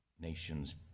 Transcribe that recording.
nations